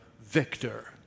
victor